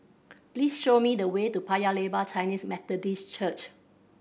please show me the way to Paya Lebar Chinese Methodist Church